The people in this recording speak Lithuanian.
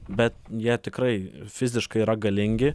bet jie tikrai fiziškai yra galingi